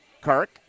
Kirk